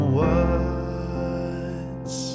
words